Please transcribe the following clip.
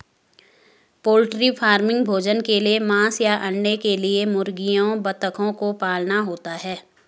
poultry farming भोजन के लिए मांस या अंडे के लिए मुर्गियों बतखों को पालना होता है